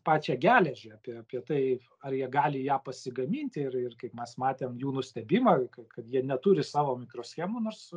pačią geležį apie apie tai ar jie gali ją pasigaminti ir ir kaip mes matėm jų nustebimą kad jie neturi savo mikroschemų nors